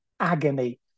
agony